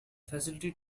facility